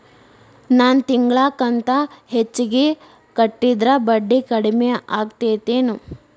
ನನ್ ತಿಂಗಳ ಕಂತ ಹೆಚ್ಚಿಗೆ ಕಟ್ಟಿದ್ರ ಬಡ್ಡಿ ಕಡಿಮಿ ಆಕ್ಕೆತೇನು?